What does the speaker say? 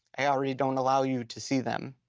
i already don't allow you to see them.